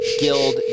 Guild